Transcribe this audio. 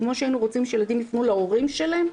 וכמו שהיינו רוצים שילדים יפנו להורים שלהם,